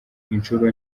inshuro